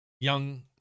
young